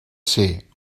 ser